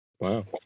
Wow